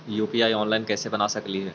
UPI online कैसे बना सकली हे?